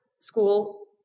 school